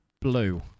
blue